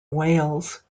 wales